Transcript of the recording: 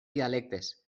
dialectes